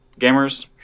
gamers